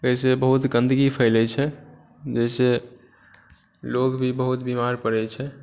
एहिसॅं बहुत गन्दगी फैलै छै जाहिसे लोग भी बहुत बीमार पड़ै छै